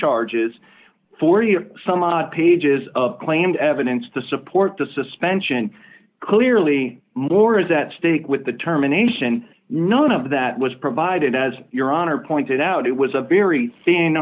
charges forty some odd pages of claimed evidence to support the suspension clearly more is at stake with the terminations none of that was provided as your honor pointed out it was a very thin